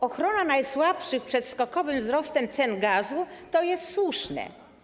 Ochrona najsłabszych przed skokowym wzrostem cen gazu jest słuszna.